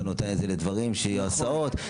אתה נותן את זה לדברים שיהיו הסעות,